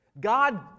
God